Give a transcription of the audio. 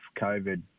COVID